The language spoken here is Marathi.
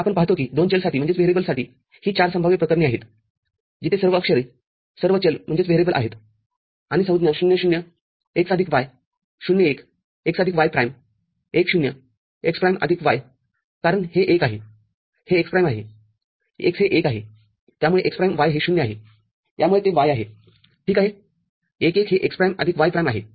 तरआपण पाहतो की दोन चलसाठी ही ४ संभाव्य प्रकरणे आहेत जिथे सर्व अक्षरेसर्व चलआहेत आणि संज्ञा ० ० x आदिक y० १ x आदिक y प्राईम१ ० x प्राईमआदिक y कारण हे १ आहेहे x प्राईमआहे x हे १ आहे त्यामुळे हे x प्राईम y हे ० आहे यामुळे ते y आहे ठीक आहे१ १ हे x प्राईमआदिक y प्राईमआहे